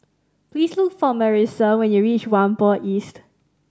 please look for Marissa when you reach Whampoa East